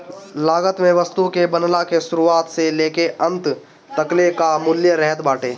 लागत में वस्तु के बनला के शुरुआत से लेके अंत तकले कअ मूल्य रहत बाटे